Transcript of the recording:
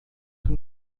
que